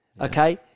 Okay